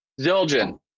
Zildjian